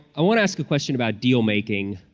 i want to ask a question about deal-making.